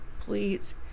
Please